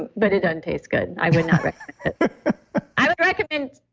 but it doesn't taste good. i would not i would recommend,